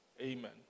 Amen